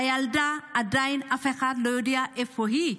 הילדה, עדיין אף אחד לא יודע איפה היא,